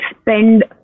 spend